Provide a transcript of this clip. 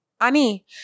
ani